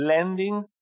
blending